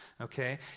okay